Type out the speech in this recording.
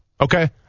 okay